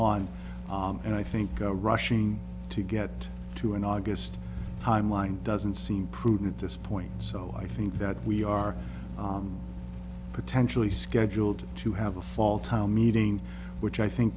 on and i think the rushing to get to an august timeline doesn't seem prudent at this point so i think that we are potentially scheduled to have a fall town meeting which i think